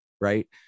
Right